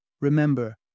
Remember